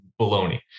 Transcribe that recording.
baloney